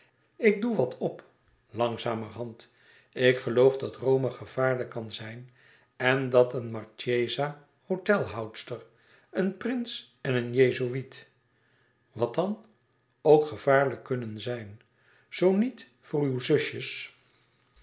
ik doe wat op langzamerhand ik geloof dat rome gevaarlijk kan zijn en dat een marchesa hôtelhoudster een prins en een jezuïet wat dan ook gevaarlijk kunnen zijn zoo niet voor uw zusjes